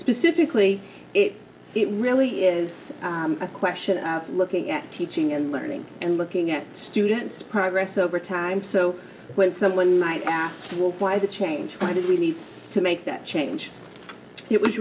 specifically it really is a question of looking at teaching and learning and looking at students progress over time so when someone might ask why the change why did we need to make that change it was